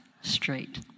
straight